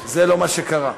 זה לא מה שקרה.